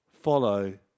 Follow